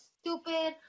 stupid